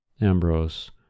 Ambrose